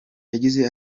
yagize